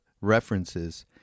references